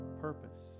purpose